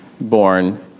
born